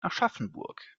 aschaffenburg